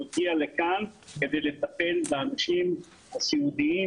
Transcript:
הוא הגיע לכאן כדי לטפל באנשים הסיעודיים,